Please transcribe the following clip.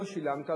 לא שילמת,